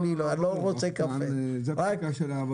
זו פסיקה של הרב